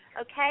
okay